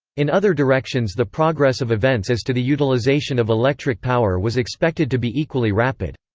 in other directions the progress of events as to the utilization of electric power was expected to be equally rapid.